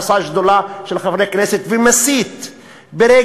עושה שדולה של חברי כנסת ומסית ברגל,